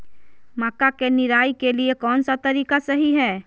मक्का के निराई के लिए कौन सा तरीका सही है?